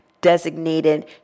designated